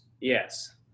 Yes